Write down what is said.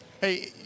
Hey